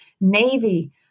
Navy